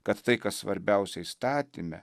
kad tai kas svarbiausia įstatyme